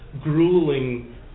grueling